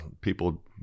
people